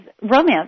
romance